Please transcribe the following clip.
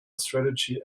strategy